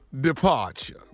departure